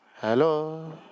Hello